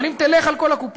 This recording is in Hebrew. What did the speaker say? אבל אם תלך על כל הקופה,